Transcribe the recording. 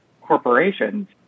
corporations